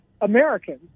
Americans